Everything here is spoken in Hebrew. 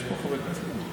יש פה חברי כנסת?